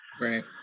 right